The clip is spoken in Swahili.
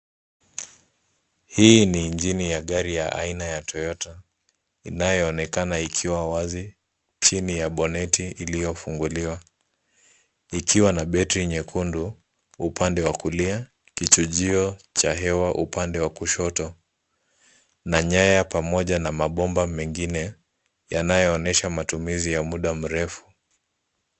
Hii ni injini ya gari ya aina ya Toyota , inayoonekana ikiwa wazi chini ya bonneti iliyofunguliwa. Likiwa na battery nyekundu upande wa kulia, kichujio cha hewa upande wa kushoto na nyaya pamoja na mabomba mengine yanayoonyesha matumizi ya muda mrefu.